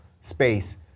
space